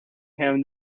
him